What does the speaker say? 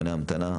זמני ההמתנה.